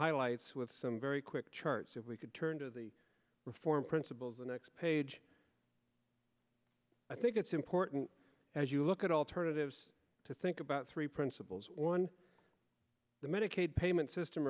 highlights with some very quick charts if we could turn to the reform principles the next page i think it's important as you look at alternatives to think about three principles on the medicaid payment system